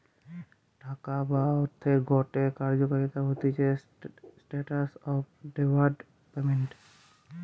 টাকা বা অর্থের গটে কার্যকারিতা হতিছে স্ট্যান্ডার্ড অফ ডেফার্ড পেমেন্ট